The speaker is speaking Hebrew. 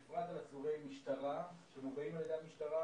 בפרט עצורי משטרה שמובאים למשטרה,